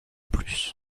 plus